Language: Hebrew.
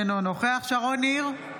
אינו נוכח שרון ניר,